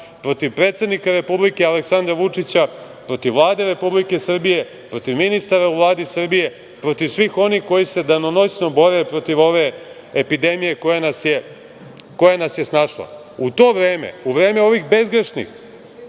protiv predsednika Republike, Aleksandra Vučića, protiv Vlade Republike Srbije, protiv ministara u Vladi Srbije, protiv svih onih koji se danonoćno bore protiv ove epidemije koja nas je snašla.U to vreme, u vreme ovih bezgrešnih